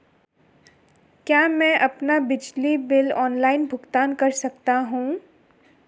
क्या मैं अपना बिजली बिल ऑनलाइन भुगतान कर सकता हूँ?